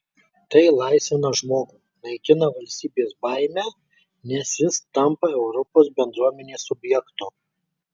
tai išlaisvina žmogų naikina valstybės baimę nes jis tampa europos bendruomenės subjektu